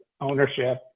ownership